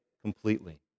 completely